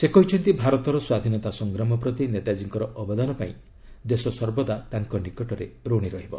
ସେ କହିଛନ୍ତି ଭାରତର ସ୍ୱାଧୀନତା ସଂଗ୍ରାମ ପ୍ରତି ନେତାଜୀଙ୍କର ଅବଦାନ ପାଇଁ ଦେଶ ସର୍ବଦା ତାଙ୍କ ନିକଟରେ ଋଣୀ ରହିବ